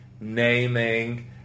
naming